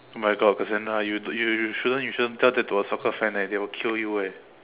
oh my God Cassandra you you you shouldn't you shouldn't tell that to a soccer fan eh they will kill you eh